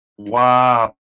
Wow